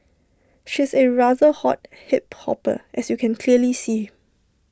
she's A rather hot hip hopper as you can clearly see